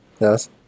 Yes